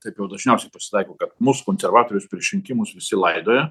taip jau dažniausiai pasitaiko kad mus konservatorius prieš rinkimus visi laidoja